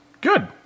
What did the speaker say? Good